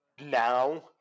now